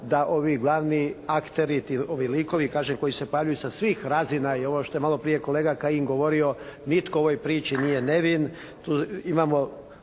da ovi glavni akteri, ovi likovi koji se kažem pojavljuju sa svih razina, i ovo što je maloprije kolega Kajin govorio nitko u ovoj priči nije nevin.